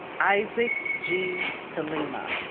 isaac g. tillema